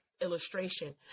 illustration